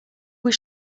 was